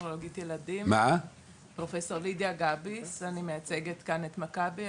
אני מייצגת כאן את מכבי,